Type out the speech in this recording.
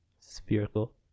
spherical